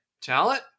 Talent